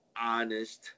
honest